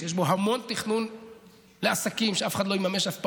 שיש בו המון תכנון לעסקים שאף אחד לא יממש אף פעם,